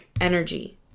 energy